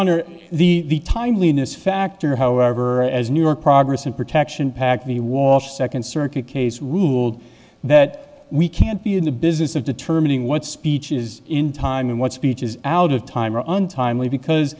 honor the timeliness factor however as new york progress in protection pack the walsh second circuit case ruled that we can't be in the business of determining what speech is in time and what speech is out of time or untimely because